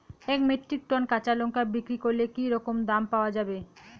এক metric ton কাঁচা লঙ্কা বিক্রি করলে কি রকম দাম পাওয়া যাবে?